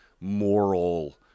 moral